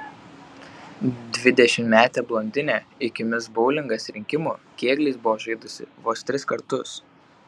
dvidešimtmetė blondinė iki mis boulingas rinkimų kėgliais buvo žaidusi vos tris kartus